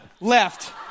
left